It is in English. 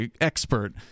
expert